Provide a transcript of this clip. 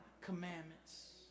commandments